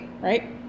right